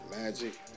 Magic